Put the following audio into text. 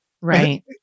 Right